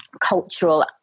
cultural